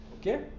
Okay